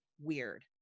weird